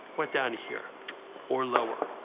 went down to here or lower,